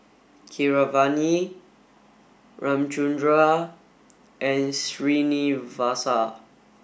Keeravani Ramchundra and Srinivasa